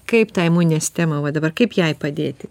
kaip tą imuninę sistemą va dabar kaip jai padėti